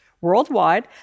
Worldwide